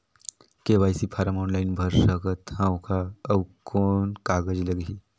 KYC form online भर सकत हवं का? अउ कौन कागज लगही?